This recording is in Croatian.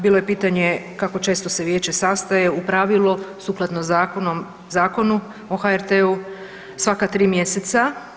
Bilo je pitanje kako često se vijeće sastaje, u pravilu sukladno Zakonu o HRT-u svaka tri mjeseca.